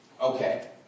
Okay